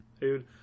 Dude